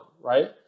right